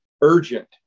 urgent